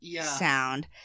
sound